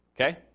Okay